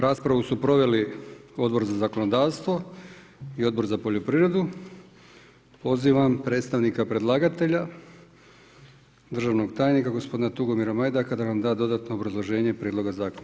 Raspravu su proveli Odbor za zakonodavstvo i Odbor za poljoprivredu, pozivam predstavnika predlagatelja, državnog tajnika gospodina Tugomira Majdaka, da nam da dodatno obrazloženje prijedloga zakona.